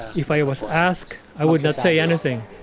if i was asked, i would not say anything.